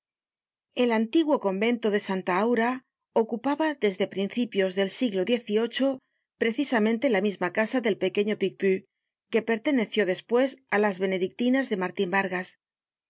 el antiguo convento de santa aura ocupaba desde principios del siglo xviii precisamente la misma casa del pequeño piepus que perteneció despues á las benedictinas de martin vargas